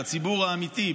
בציבור האמיתי,